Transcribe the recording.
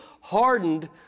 hardened